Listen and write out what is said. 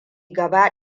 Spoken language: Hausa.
gaba